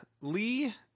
Lee